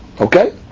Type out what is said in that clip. Okay